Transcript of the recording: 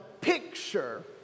picture